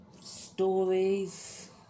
stories